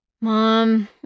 Mom